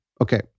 Okay